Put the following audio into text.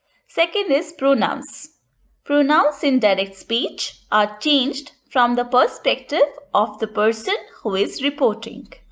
second is pronouns pronouns in direct speech are changed from the perspective of the person who is reporting.